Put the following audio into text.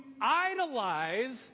idolize